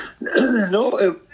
No